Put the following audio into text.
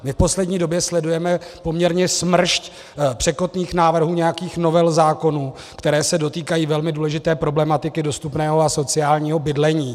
My v poslední době sledujeme poměrně smršť překotných návrhů, nějakých novel zákonů, které se dotýkají velmi důležité problematiky dostupného a sociálního bydlení.